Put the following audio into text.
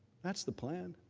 that's the plan.